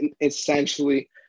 essentially